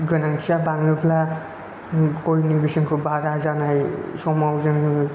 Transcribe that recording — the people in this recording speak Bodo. गोनांथिया बाङोब्ला गइनि बेसेनखौ बारा जानाय समाव जोङो